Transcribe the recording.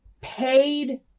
paid